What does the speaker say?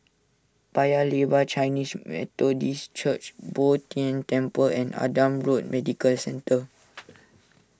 Paya Lebar Chinese Methodist Church Bo Tien Temple and Adam Road Medical Centre